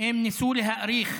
הם ניסו להאריך